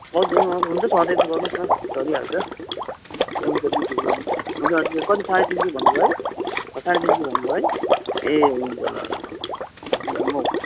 हजुर हुन्छ सधैँ जस्तो गर्नुहोस् न चलिहाल्छ हुन्छ दुई किलो हुन्छ हजुर कति साँढे तिन सय भन्नुभयो है साँढे तिन सय भन्नुभयो है ए हुन्छ ल ल हुन्छ म